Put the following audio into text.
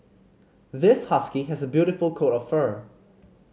this husky has a beautiful coat of fur